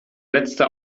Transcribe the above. letzte